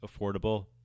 affordable